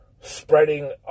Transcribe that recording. spreading